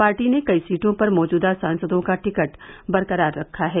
party ने कई सीटों पर मौजूदा सांसदों का टिकट बरकरार रखा है